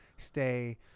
Stay